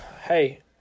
Hey